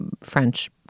French